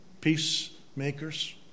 peacemakers